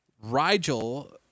Rigel